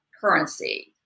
currency